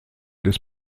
des